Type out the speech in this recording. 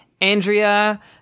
Andrea